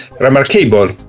remarkable